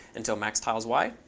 until max tiles y.